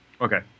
Okay